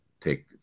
take